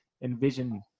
envision